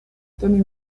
tony